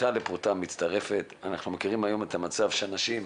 פרוטה לפרוטה מצטרפת ואנחנו מכירים את המצב שאנשים,